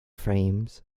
frames